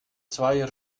zweier